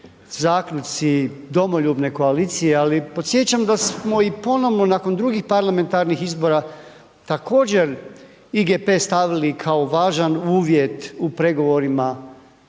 zaključci domoljubne koalicije, ali podsjećam da smo ih ponovno nakon drugih izbora također IGP stavili kao važan uvjet u pregovorima